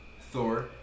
Thor